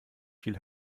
viel